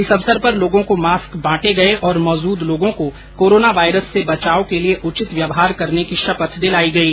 इस अवसर पर लोगों को मास्क बांटे गए और मौजूद लोगों को कोरोना वायरस से बचाव के लिए उचित व्यवहार करने की शपथ दिलाई गई